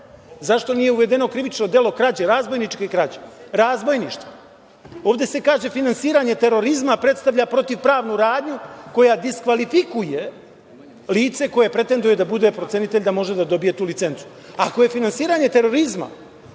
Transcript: Zašto nije uvedeno krivično delo krađe, razbojničke krađe, razbojništva? Ovde se kaže – finansiranje terorizma predstavlja protivpravnu radnju koja diskvalifikuje lice koje pretenduje da bude procenitelj da može da dobije tu licencu. Ako je finansiranje terorizma